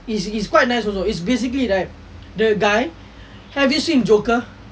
is is quite nice also is basically right the guy have you seen joker